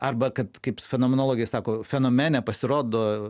arba kad kaip fenomenologai sako fenomene pasirodo